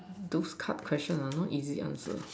those card question ah not easy answer